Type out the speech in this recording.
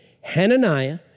Hananiah